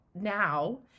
now